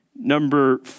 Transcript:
Number